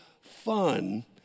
fun